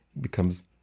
becomes